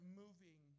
moving